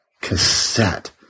cassette